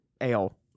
Ale